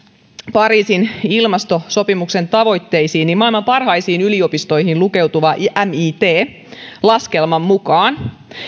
pariisin ilmastosopimuksen tavoitteisiin niin maailman parhaisiin yliopistoihin lukeutuvan mitn laskelman mukaan